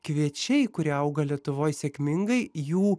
kviečiai kurie auga lietuvoj sėkmingai jų